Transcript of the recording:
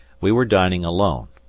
we were dining alone,